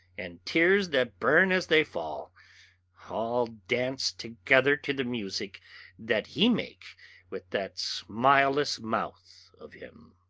and tears that burn as they fall all dance together to the music that he make with that smileless mouth of him.